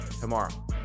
tomorrow